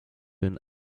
kun